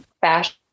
fashion